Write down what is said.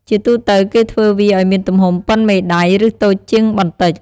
ជាទូទៅគេធ្វើវាឲ្យមានទំហំប៉ុនមេដៃ ឬតូចជាងបន្តិច។